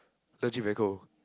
legit very cold